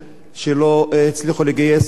שלא הצליחו לגייס אחיות.